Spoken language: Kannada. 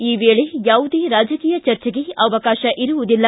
ಈ ವೇಳೆ ಯಾವುದೇ ರಾಜಕೀಯ ಚರ್ಚೆಗೆ ಅವಕಾಶ ಇರುವುದಿಲ್ಲ